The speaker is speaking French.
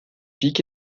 pics